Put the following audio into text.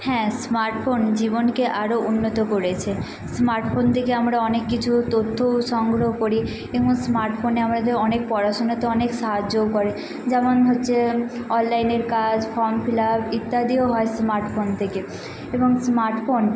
হ্যাঁ smart phone জীবনকে আরো উন্নত করেছে স্মার্ট ফোন থেকে আমরা অনেক কিছু তথ্যও সংগ্রহ করি যেমন স্মার্ট ফোনে আমাদের অনেক পড়াশোনাতে অনেক সাহায্যও করে যেমন হচ্ছে অনলাইনের কাজ ফ্রম ফিলাপ ইত্যাদিও হয় স্মার্ট ফোন থেকে এবং স্মার্ট ফোন